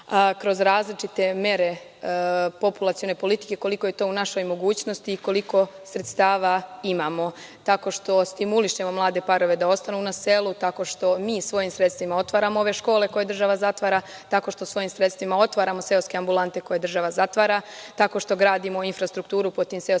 kroz različite mere populacione politike, koliko je to u našoj mogućnosti i koliko sredstava imamo, tako što stimulišemo mlade parove da ostanu na selu, tako što mi svojim sredstvima otvaramo ove škole, koje država zatvara, tako što svojim sredstvima otvaramo seoske ambulante, koje država zatvara, tako što gradimo infrastrukturu po tim seoskim sredinama da